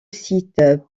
site